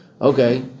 Okay